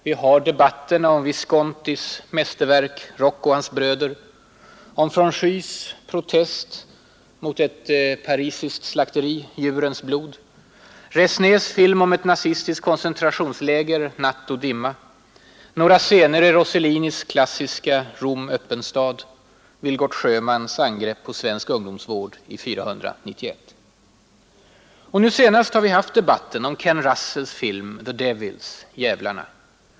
Vi har debatterna om Viscontis mästerverk ”Rocco och hans bröder”, Franjus protest mot ett slakteri i Paris ”Djurens blod”, Resnais film om ett nazistiskt koncentrationsläger ”Natt och dimma”, några scener i Rossellinis klassiska ”Rom — öppen stad”, Vilgot Sjömans angrepp på svensk ungdomsvård i ”491”. Senast har vi haft debatten om Ken Russels film ”The Devils”, Djävlarna.